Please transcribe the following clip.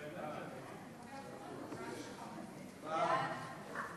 ההצעה להעביר את הצעת חוק בתי-המשפט (תיקון מס' 81)